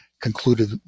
concluded